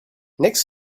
next